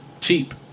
Cheap